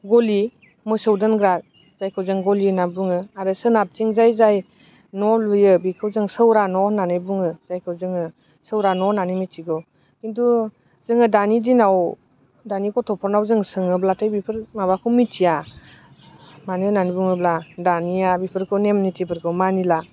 गलि मोसौ दोनग्रा जायखौ जों गलि होनना बुङो आरो सोनाबथिंजाय जाय न' लुयो बेखौ जों सौरा न' होननानै बुङो जायखौ जोङो सौरा न' होननानै मिथिगौ खिन्थु जोङो दानि दिनाव दानि गथ'फोरनाव जों सोङोब्लाथाय बेफोर माबाखौ मिथिया मानो होननानै बुङोब्ला दानिया बेफोरखौ नेम निथिफोरखौ मानिला